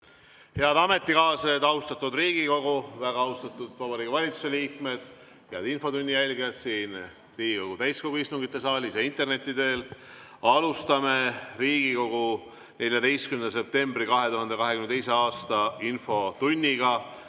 Head ametikaaslased! Austatud Riigikogu! Väga austatud Vabariigi Valitsuse liikmed! Head infotunni jälgijad siin Riigikogu täiskogu istungite saalis ja interneti teel! Alustame Riigikogu 14. septembri 2022. aasta infotundi ja